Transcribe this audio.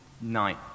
night